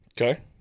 Okay